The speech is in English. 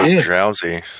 drowsy